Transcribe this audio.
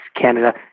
Canada